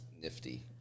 nifty